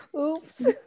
Oops